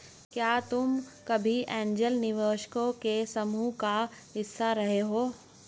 क्या तुम कभी ऐन्जल निवेशकों के समूह का हिस्सा रहे हो?